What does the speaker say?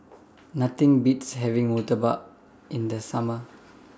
Nothing Beats having Murtabak in The Summer